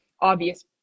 obvious